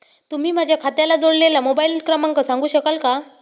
तुम्ही माझ्या खात्याला जोडलेला मोबाइल क्रमांक सांगू शकाल का?